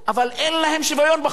אבל אין להם שוויון בחוק.